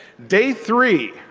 day three.